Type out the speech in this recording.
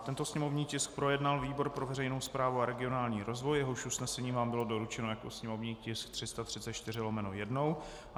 Tento sněmovní tisk projednal výbor pro veřejnou správu a regionální rozvoj, jehož usnesení vám bylo doručeno jako sněmovní tisk 334/1.